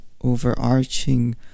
overarching